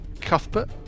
Cuthbert